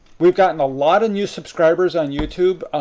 we've gotten a lot of new subscribers on youtube.